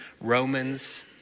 Romans